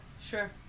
Sure